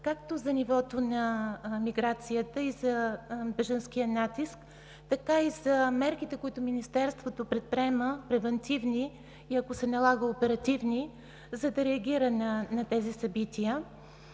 както за нивото на миграцията и за бежанския натиск, така и за мерките, които Министерството превантивно предприема, а ако се налага – оперативни, за да реагира на тези събития.